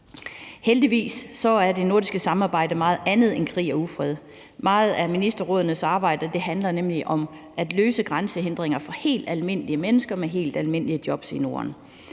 Heldigvis er det nordiske samarbejde meget andet end krig og ufred. Meget af ministerrådenes arbejde handler nemlig om at løse grænsehindringer for helt almindelige mennesker med helt almindelige job i Norden.